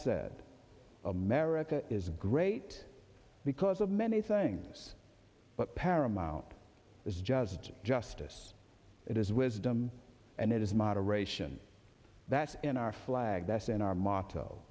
said america is great because of many things but paramount is just justice it is wisdom and it is moderation that's in our flag that's in our mo